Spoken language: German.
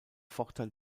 vorteil